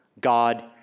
God